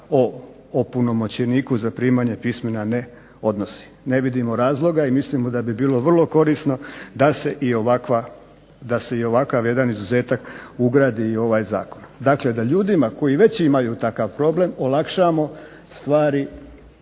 o opunomoćeniku za primanje pismena ne odnosi. Ne vidimo razloga i mislimo da bi bilo vrlo korisno da se i ovakav jedan izuzetak ugradi i u ovaj zakon, dakle da ljudima koji već imaju takav problem olakšamo stvari,